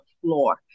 floor